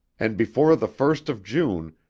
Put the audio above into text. and before the first of june,